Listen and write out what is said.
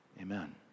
Amen